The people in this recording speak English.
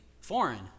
foreign